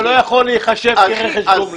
זה לא יכול להיחשב כרכש גומלין.